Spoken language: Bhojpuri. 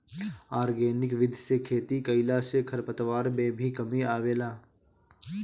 आर्गेनिक विधि से खेती कईला से खरपतवार में भी कमी आवेला